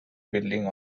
building